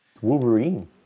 Wolverine